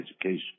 education